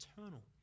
eternal